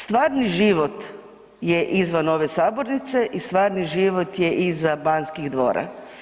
Stvarni život je izvan ove sabornice i stvarni život je iza Banskih dvora.